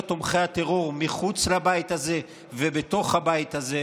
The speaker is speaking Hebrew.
תומכי הטרור מחוץ לבית הזה ובתוך הבית הזה.